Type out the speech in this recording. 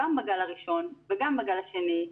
גם בגל הראשון וגם בגל השני,